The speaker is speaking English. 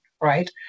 right